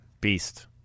Beast